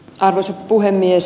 arvoisa puhemies